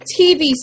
TV